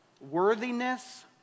worthiness